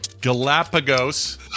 Galapagos